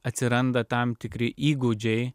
atsiranda tam tikri įgūdžiai